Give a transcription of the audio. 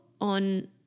on